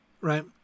right